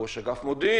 ראש אגף מודיעין,